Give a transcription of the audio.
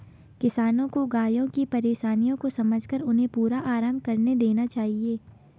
किसानों को गायों की परेशानियों को समझकर उन्हें पूरा आराम करने देना चाहिए